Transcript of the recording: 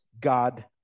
God